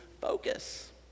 focus